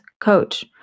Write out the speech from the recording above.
coach